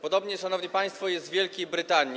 Podobnie, szanowni państwo, jest w Wielkiej Brytanii.